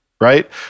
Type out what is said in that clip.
right